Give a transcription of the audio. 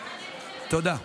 תודה.